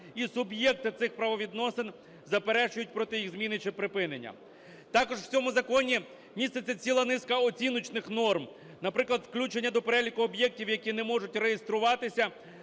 і суб'єкта цих правовідносин заперечують проти їх зміни чи припинення. Також в цьому законі міститься ціла низка оціночних норм. Наприклад, включення до переліку об'єктів, які не можуть реєструватися,